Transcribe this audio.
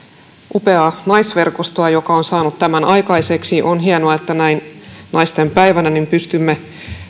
upeaa naisverkostoamme joka on saanut tämän aikaiseksi on hienoa että näin naistenpäivänä pystymme